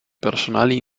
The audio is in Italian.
personali